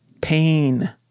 pain